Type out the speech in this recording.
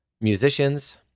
musicians